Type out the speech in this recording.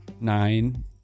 nine